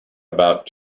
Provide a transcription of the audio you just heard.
about